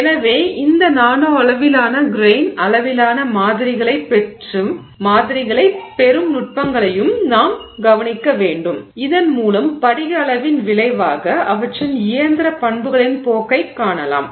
எனவே இந்த நானோ அளவிலான கிரெய்ன் அளவிலான மாதிரிகளைப் பெறும் நுட்பங்களையும் நாம் கவனிக்க வேண்டும் இதன் மூலம் படிக அளவின் விளைவாக அவற்றின் இயந்திர பண்புகளின் போக்கைக் காணலாம்